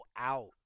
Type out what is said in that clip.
out